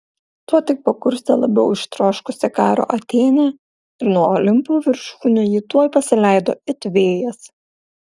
tuo tik pakurstė labiau ištroškusią karo atėnę ir nuo olimpo viršūnių ji tuoj pasileido it vėjas